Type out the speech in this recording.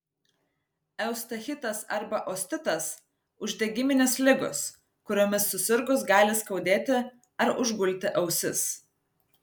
eustachitas arba ostitas uždegiminės ligos kuriomis susirgus gali skaudėti ar užgulti ausis